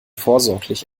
vorsorglich